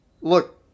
Look